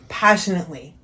passionately